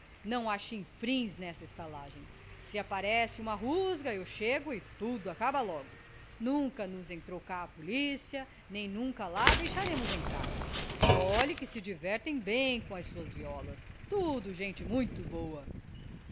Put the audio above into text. não há chinfrins nesta estalagem se aparece uma rusga eu chego e tudo acaba logo nunca nos entrou cá a policia nem nunca a deixaremos entrar e olhe que se divertem bem com as suas violas tudo gente muita boa